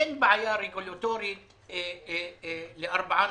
אין בעיה רגולטורית ל-3 נוספים.